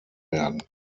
werden